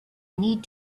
need